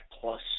plus